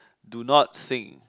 do not sing